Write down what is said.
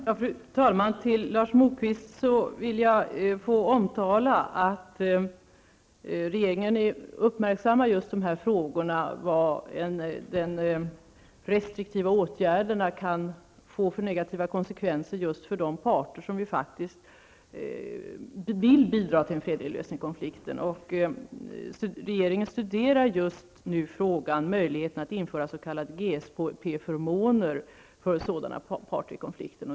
Fru talman! Till Lars Moquist vill jag säga att regeringen uppmärksammar dessa frågor och vilka negativa konsekvenser de restriktiva åtgärderna kan få för de parter som faktiskt vill bidra till en fredlig lösning på konflikten. Regeringen studerar frågan och möjligheten att införa s.k. GSP förmåner för sådana parter i konflikten.